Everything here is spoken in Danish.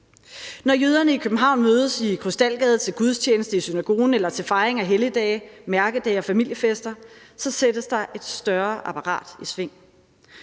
Når jøderne i København mødes i Krystalgade til gudstjeneste i synagogen eller til fejring af helligdage, mærkedage og familiefester, sættes der et større apparat i sving.